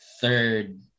third